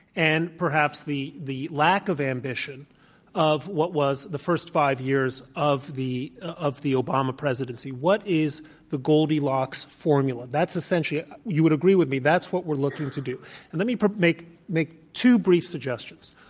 and perhaps the the lack of ambition of what was the first five years of the of the obama presidency. what is the goldilocks formula? that's essentially you would agree with me, that's what we're looking to do. and let me make make two brief suggestions.